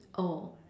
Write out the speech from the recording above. oh